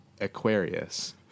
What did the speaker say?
Aquarius